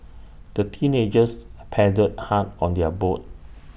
the teenagers paddled hard on their boat